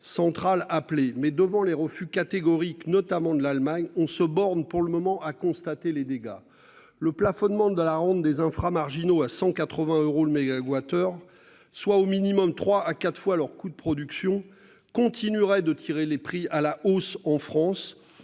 centrale appelée mais devant les refus catégorique notamment de l'Allemagne, on se borne pour le moment à constater les dégâts. Le plafonnement de la ronde des infra-marginaux à 180 euros le mégawattheure, soit au minimum trois à quatre fois leurs coûts de production continuerait de tirer les prix à la hausse en France,